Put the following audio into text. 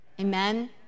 amen